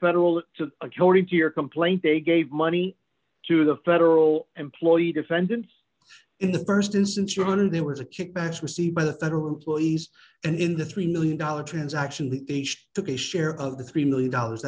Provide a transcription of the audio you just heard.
federal to according to your complaint they gave money to the federal employee defendants in the st instance you're going to they were kickbacks received by the federal employees and in the three million dollar transaction the h took a share of the three million dollars